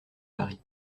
paris